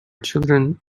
children